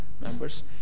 members